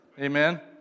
Amen